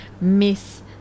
miss